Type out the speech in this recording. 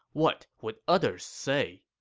what would others say?